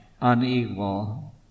unequal